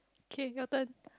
okay your turn